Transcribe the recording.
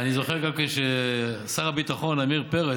אני זוכר גם כן ששר הביטחון עמיר פרץ,